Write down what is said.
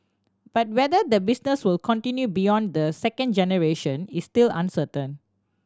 but whether the business will continue beyond the second generation is still uncertain